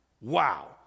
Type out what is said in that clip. Wow